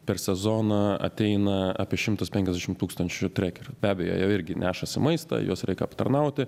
per sezoną ateina apie šimtas penkiasdešim tūkstančių trekerių be abejo jie irgi nešasi maistą juos reik aptarnauti